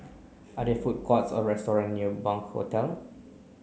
are there food courts or restaurant near Bunc Hotel